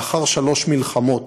לאחר שלוש מלחמות